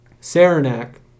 Saranac